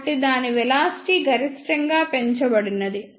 కాబట్టి దాని వెలాసిటీ గరిష్టంగా పెంచబడినది